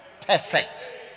perfect